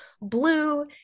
blue